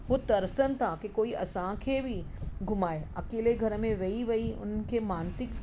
उहे तरिसनि था की कोई असांखे बि घुमाए अकेले घर में वेई वेई हुननि खे मानसिक